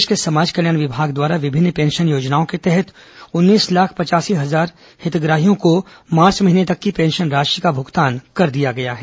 प्रदेश के समाज कल्याण विभाग द्वारा विभिन्न पेंशन योजनाओं के तहत उन्नीस लाख पचयासी हजार हितग्राहियों को मार्च महीने तक की पेंशन राशि का भुगतान कर दिया गया है